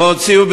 והוציאו,